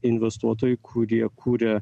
investuotojai kurie kūria